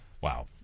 Wow